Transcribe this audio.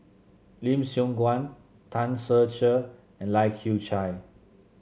Lim Siong Guan Tan Ser Cher and Lai Kew Chai